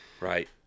Right